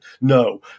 No